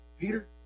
Peter